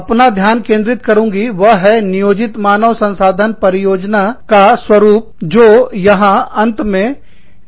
अपना ध्यान केंद्रित करूंगी वह है नियोजित मानव संसाधन परिनियोजन का स्वरूपजो यहां अंत में है